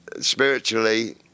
spiritually